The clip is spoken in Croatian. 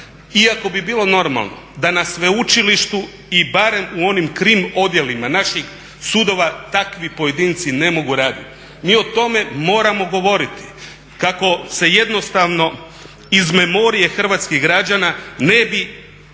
iako bi bilo normalno da na sveučilištu i barem u onim krim odjelima naših sudova takvi pojedinci ne mogu radit. Mi o tome moramo govoriti kako se jednostavno iz memorije hrvatskih građana ne bi